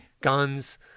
guns